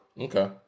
Okay